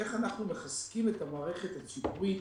איך אנחנו מחזקים את המערכת הציבורית